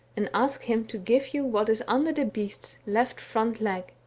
and ask him to give you what is under the beast's left front leg.